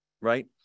right